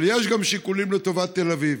אבל יש גם שיקולים לטובת תל אביב.